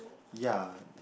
ya